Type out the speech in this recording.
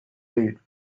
read